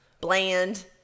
Bland